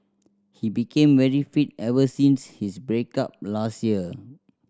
he became very fit ever since his break up last year